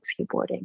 skateboarding